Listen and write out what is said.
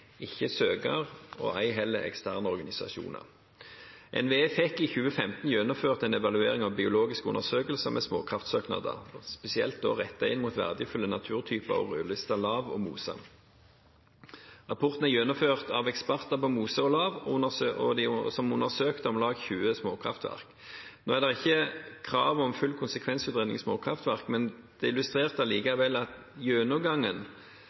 ikke søker og ei heller eksterne organisasjoner. NVE fikk i 2015 gjennomført en evaluering av biologiske undersøkelser ved småkraftsøknader, spesielt rettet inn mot verdifulle naturtyper og rødlistet lav og mose. Rapporten er gjennomført av eksperter på mose og lav, som undersøkte om lag 20 småkraftverk. Nå er det ikke krav om full konsekvensutredning for småkraftverk, men det er likevel illustrerende at i den gjennomgangen